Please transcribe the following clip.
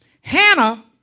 Hannah